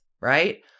right